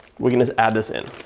we can just add this in.